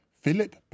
Philip